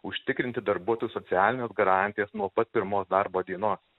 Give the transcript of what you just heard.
užtikrinti darbuotojų socialines garantijas nuo pat pirmos darbo dienos